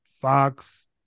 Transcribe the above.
Fox